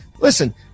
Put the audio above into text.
listen